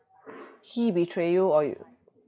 he betray you or you